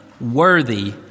worthy